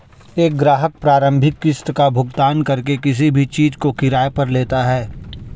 एक ग्राहक प्रारंभिक किस्त का भुगतान करके किसी भी चीज़ को किराये पर लेता है